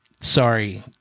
sorry